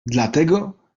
dlatego